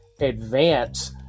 advance